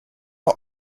are